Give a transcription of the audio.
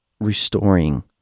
restoring